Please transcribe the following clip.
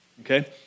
okay